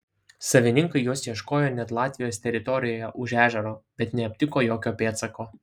savininkai jos ieškojo net latvijos teritorijoje už ežero bet neaptiko jokio pėdsako